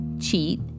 cheat